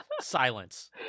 Silence